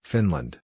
Finland